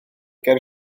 ger